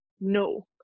no